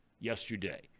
yesterday